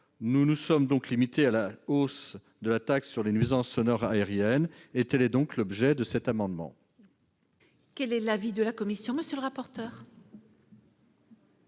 Nous nous sommes donc limités à la hausse de la taxe sur les nuisances sonores aériennes. Tel est l'objet de cet amendement. Quel est l'avis de la commission ? Je ne voudrais